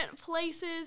places